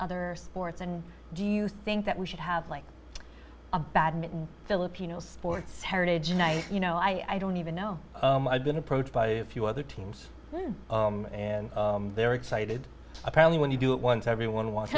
other sports and do you think that we should have like a badminton filipino sports heritage night you know i don't even know i've been approached by a few other teams and they're excited apparently when you do it once everyone wants